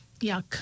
Yuck